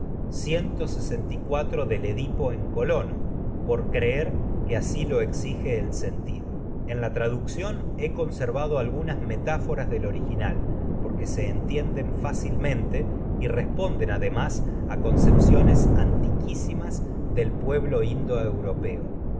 el ipaxúei del verso del edipo en colono en paxóot por creer que así lo la exige el sentido algunas me en traducción del he conservado táforas mente original porque se entienden fácil y responden además a concepciones anti del pueblo